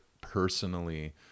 personally